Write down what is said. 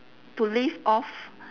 to live off